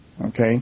okay